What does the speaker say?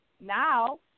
now